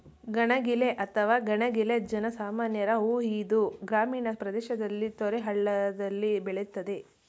ಗಣಗಿಲೆ ಅಥವಾ ಕಣಗಿಲೆ ಜನ ಸಾಮಾನ್ಯರ ಹೂ ಇದು ಗ್ರಾಮೀಣ ಪ್ರದೇಶದಲ್ಲಿ ತೊರೆ ಹಳ್ಳದಲ್ಲಿ ಬೆಳಿತದೆ